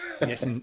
Yes